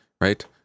right